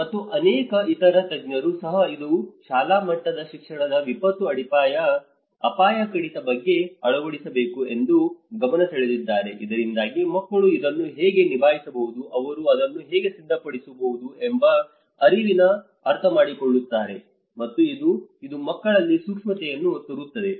ಮತ್ತು ಅನೇಕ ಇತರ ತಜ್ಞರು ಸಹ ಇದು ಶಾಲಾ ಮಟ್ಟದ ಶಿಕ್ಷಣದಲ್ಲಿ ವಿಪತ್ತು ಅಪಾಯ ಕಡಿತ ಬಗ್ಗೆ ಅಳವಡಿಸಬೇಕು ಎಂದು ಗಮನಸೆಳೆದಿದ್ದಾರೆ ಇದರಿಂದಾಗಿ ಮಕ್ಕಳು ಅದನ್ನು ಹೇಗೆ ನಿಭಾಯಿಸಬಹುದು ಅವರು ಅದನ್ನು ಹೇಗೆ ಸಿದ್ಧಪಡಿಸಬಹುದು ಎಂಬ ಅರಿವನ್ನು ಅರ್ಥಮಾಡಿಕೊಳ್ಳುತ್ತಾರೆ ಮತ್ತು ಮತ್ತು ಇದು ಮಕ್ಕಳಲ್ಲಿ ಸೂಕ್ಷ್ಮತೆಯನ್ನು ತರುತ್ತದೆ